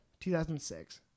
2006